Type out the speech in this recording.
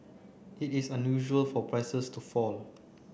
it is unusual for prices to fall